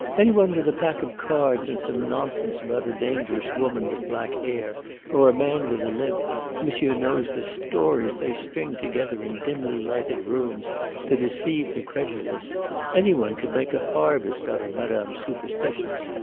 any one with a pack of cards and some nonsense about a dangerous woman with black hair or a man with a limp monsieur knows the stories they string together in dimly lighted rooms to deceive the credulous any one could make a harvest out of madame's superstitions.